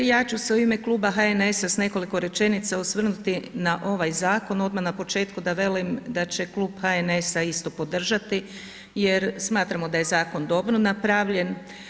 Ja ću se u ime kluba HNS-a sa nekoliko rečenica osvrnuti na ovaj zakon, odmah na početku da velim da će klub HNS-a isto podržati jer smatramo da je zakon dobro napravljen.